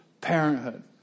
Parenthood